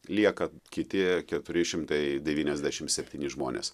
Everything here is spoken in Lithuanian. lieka kiti keturi šimtai devyniasdešimt septyni žmonės